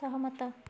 ସହମତ